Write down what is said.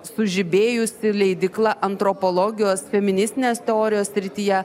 sužibėjusi leidykla antropologijos feministinės teorijos srityje